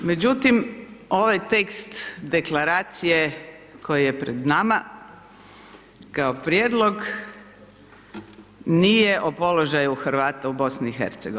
Međutim, ovaj tekst deklaracije koji je pred nama kao prijedlog nije o položaju Hrvata u BiH.